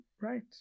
Right